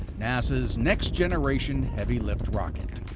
nasa's next generation heavy lift rocket.